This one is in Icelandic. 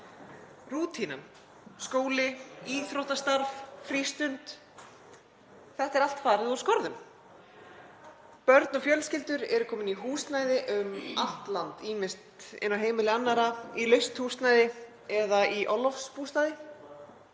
Rútínan, skóli, íþróttastarf, frístund — þetta er allt farið úr skorðum. Börn og fjölskyldur eru komin í húsnæði um allt land, ýmist inn á heimili annarra, í laust húsnæði eða í orlofsbústaði.